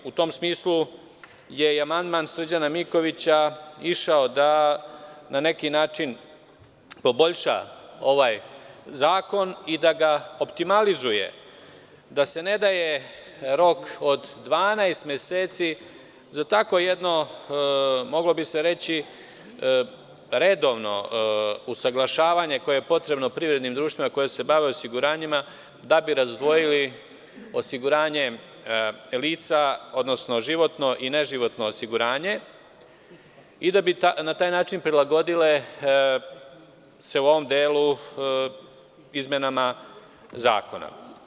U tom smislu je i amandman Srđana Mikovića išao, da na neki način poboljša ovaj zakon i da ga optimalizuje, da se ne daje rok od 12 meseci za takvo jedno, moglo bi se reći, redovno usaglašavanje koje je potrebno privrednim društvima koja se bave osiguranjima, da bi razdvojili osiguranje lica, odnosno životno i neživotno osiguranje, i da bi na taj način prilagodile se u ovom delu izmenama zakona.